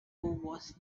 was